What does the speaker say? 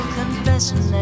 confession